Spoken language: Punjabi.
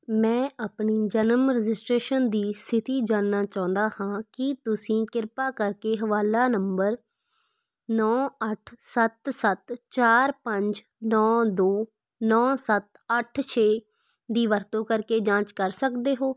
ਮੈਂ ਆਪਣੀ ਜਨਮ ਰਜਿਸਟ੍ਰੇਸ਼ਨ ਦੀ ਸਥਿਤੀ ਜਾਣਨਾ ਚਾਹੁੰਦਾ ਹਾਂ ਕੀ ਤੁਸੀਂ ਕਿਰਪਾ ਕਰਕੇ ਹਵਾਲਾ ਨੰਬਰ ਨੌਂ ਅੱਠ ਸੱਤ ਸੱਤ ਚਾਰ ਪੰਜ ਨੌਂ ਦੋ ਨੌਂ ਸੱਤ ਅੱਠ ਛੇ ਦੀ ਵਰਤੋਂ ਕਰਕੇ ਜਾਂਚ ਕਰ ਸਕਦੇ ਹੋ